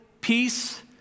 peace